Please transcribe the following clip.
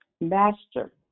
master